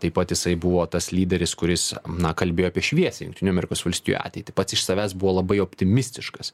taip pat jisai buvo tas lyderis kuris na kalbėjo apie šviesią jungtinių amerikos valstijų ateitį pats iš savęs buvo labai optimistiškas